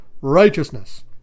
righteousness